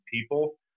people